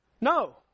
No